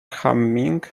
humming